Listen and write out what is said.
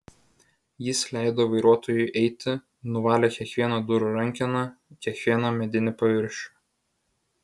jis leido vairuotojui eiti nuvalė kiekvieną durų rankeną kiekvieną medinį paviršių